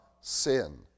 sin